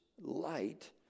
light